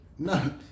No